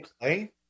Play